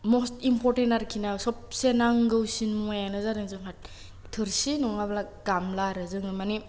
must important आरोखि ना सबसे नांगौसिन मुवायानो जादों जोंहा थोरसि नङाब्ला गामला आरो जोङो मानि